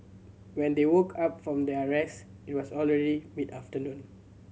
when they woke up from their rest it was already mid afternoon